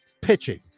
pitching